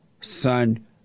son